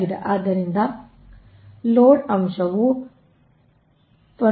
ಆದ್ದರಿಂದ ಲೋಡ್ ಅಂಶವು 1